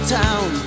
town